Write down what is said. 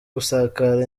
gusakara